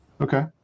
Okay